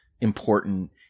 important